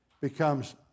becomes